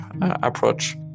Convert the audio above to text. approach